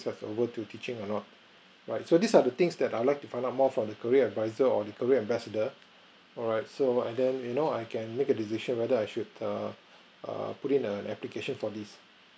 transferable to teaching or not right so these are the things that I would like to find out more for the career advisor on the career ambassador alright so either you know I can make a decision whether I should err err put in an application for this